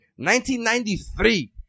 1993